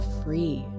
free